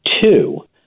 Two